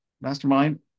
mastermind